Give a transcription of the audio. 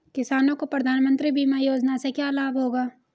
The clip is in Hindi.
किसानों को प्रधानमंत्री बीमा योजना से क्या लाभ होगा?